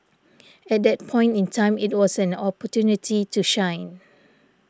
at that point in time it was an opportunity to shine